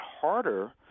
harder